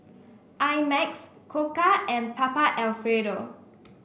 I Max Koka and Papa Alfredo